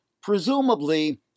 presumably